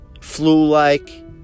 flu-like